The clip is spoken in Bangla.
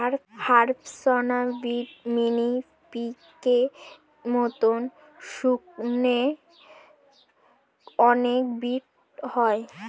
হ্যাম্পশায়ার ব্রিড, মিনি পিগের মতো শুকরের অনেক ব্রিড হয়